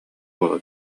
буола